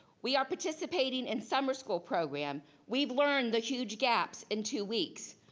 we are participating in summer school program. we've learned the huge gaps in two weeks.